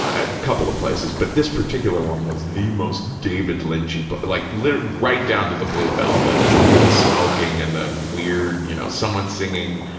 a couple of places, but this particular one was the most david lynch-y, but like right down to the blue velvet and the smoking and the weird, you know, someone singing,